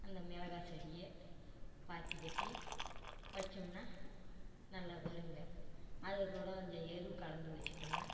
அந்த மிளகா செடியை பாத்தி கட்டி வச்சோம்ன்னால் நல்லா வருங்க அதுக்கூட கொஞ்சம் எரு கலந்து வச்சிட்டோம்ன்னால்